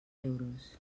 euros